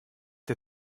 der